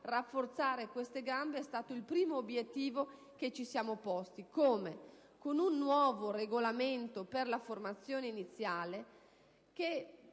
Rafforzare queste gambe è stato allora il primo obiettivo che ci siamo posti, con un nuovo regolamento per la formazione iniziale che